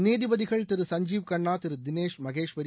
நீதிபதிகள் திரு சஞ்ஜீவ் கண்ணா திரு தினேஷ் மகேஷ்வரி